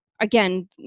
again